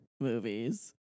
movies